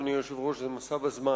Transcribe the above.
אדוני היושב-ראש, זה גם מסע בזמן.